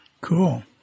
Cool